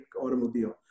automobile